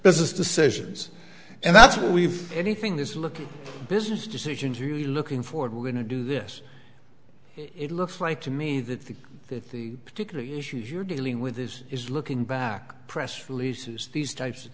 business decisions and that's what we've anything this is a look at business decisions are you looking forward we're going to do this it looks like to me that the that the particular issues you're dealing with this is looking back press releases these types of